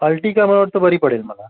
अल्टीगा मला वाटतं बरी पडेल मला